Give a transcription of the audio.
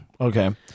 Okay